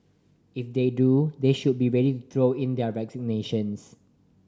if they do they should be ready throw in their resignations